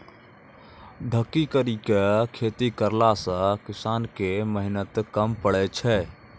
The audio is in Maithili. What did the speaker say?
ढकी करी के खेती करला से किसान के मेहनत कम पड़ै छै